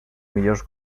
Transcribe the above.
millors